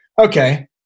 okay